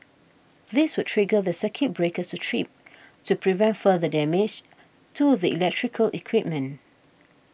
this would trigger the circuit breakers to trip to prevent further damage to the electrical equipment